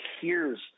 hears